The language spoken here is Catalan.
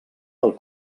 del